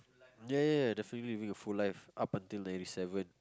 ya ya ya definitely lived a full life up until ninety seven